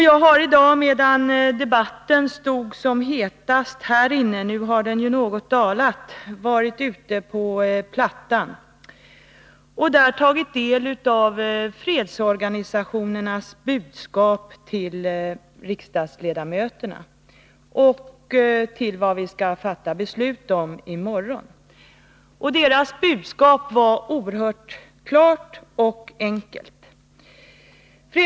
Jag hari dag, medan debatten stod som hetast här inne — nu har den ju något dalat — varit ute på plattan, på Sergels torg, och där tagit del av fredsorganisationernas budskap till riksdagsledamöterna när det gäller vad vi skall fatta beslut om i morgon. Fredsorganisationernas budskap var oerhört klart och enkelt.